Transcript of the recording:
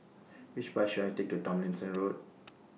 Which Bus should I Take to Tomlinson Road